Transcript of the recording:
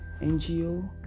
NGO